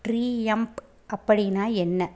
tree map அப்படின்னா என்ன